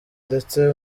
ndetse